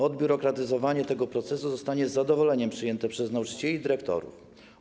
Odbiurokratyzowanie tego procesu zostanie z zadowoleniem przyjęte przez nauczycieli i dyrektorów.